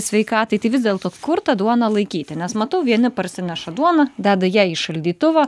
sveikatai tai vis dėlto kur tą duoną laikyti nes matau vieni parsineša duoną deda ją į šaldytuvą